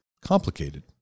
complicated